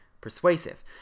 persuasive